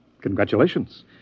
Congratulations